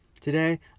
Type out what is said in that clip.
Today